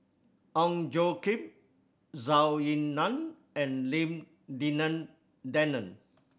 Ong Tjoe Kim Zhou Ying Nan and Lim Denan Denon